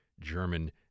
German